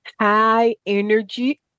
high-energy